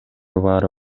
баары